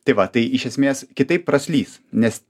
tai va tai iš esmės kitaip praslys nes